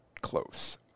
close